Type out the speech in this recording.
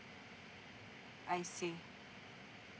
I see